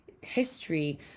history